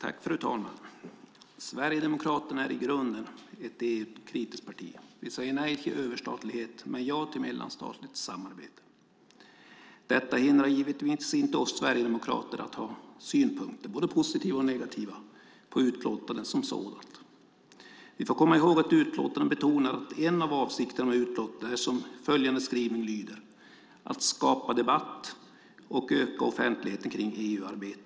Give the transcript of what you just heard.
Fru talman! Sverigedemokraterna är ett i grunden EU-kritiskt parti. Vi säger nej till överstatlighet men ja till mellanstatligt samarbete. Detta hindrar givetvis inte oss sverigedemokrater att ha synpunkter, både positiva och negativa, på utlåtandet som sådant. Vi får komma ihåg att utlåtandet betonar att en av avsikterna med utlåtandet är, som följande skrivning lyder, "att skapa debatt och öka offentligheten kring EU-arbetet".